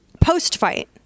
Post-fight